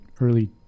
early